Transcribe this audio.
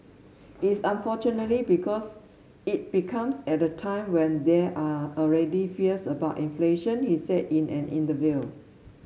it's unfortunately because it becomes at a time when there are already fears about inflation he said in an interview